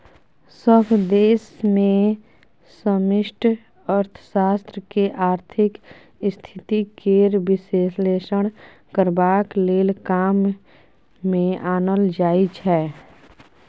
सभ देश मे समष्टि अर्थशास्त्र केँ आर्थिक स्थिति केर बिश्लेषण करबाक लेल काम मे आनल जाइ छै